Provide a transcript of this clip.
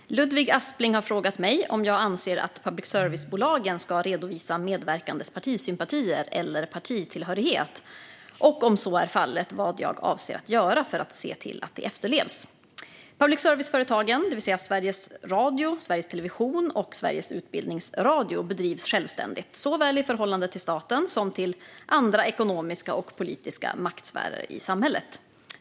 Fru talman! Ludvig Aspling har frågat mig om jag anser att public service-bolagen ska redovisa medverkandes partisympatier eller partitillhörighet och, om så är fallet, vad jag avser att göra för att se till att det efterlevs. Public service-företagen, det vill säga Sveriges Radio, Sveriges Television och Sveriges Utbildningsradio, bedrivs självständigt i förhållande till såväl staten som andra ekonomiska och politiska maktsfärer i samhället.